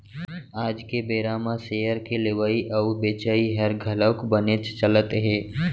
आज के बेरा म सेयर के लेवई अउ बेचई हर घलौक बनेच चलत हे